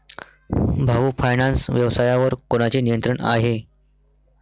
भाऊ फायनान्स व्यवसायावर कोणाचे नियंत्रण आहे?